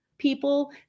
people